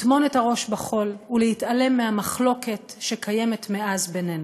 לטמון את הראש בחול ולהתעלם מהמחלוקת שקיימת מאז בינינו.